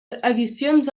edicions